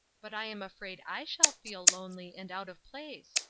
but i am afraid i shall feel lonely, and out of place,